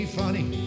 funny